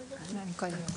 תודה.